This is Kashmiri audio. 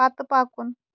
پَتہٕ پَکُن